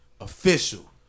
Official